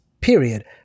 Period